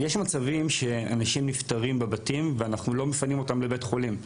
יש מצבים שאנשים נפטרים בבתים ואנחנו לא מפנים אותם לבית החולים.